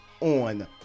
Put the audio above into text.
on